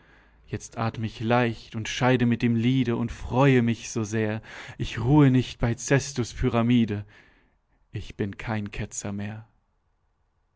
jetzt athm ich leicht und scheide mit dem liede und freue mich so sehr ich ruhe nicht bei cestus pyramide ich bin kein ketzer mehr